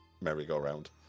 merry-go-round